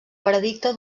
veredicte